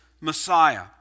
Messiah